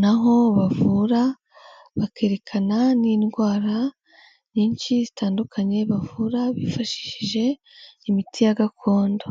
naho bavura, bakerekana n'indwara nyinshi zitandukanye bavura bifashishije imiti ya gakondo.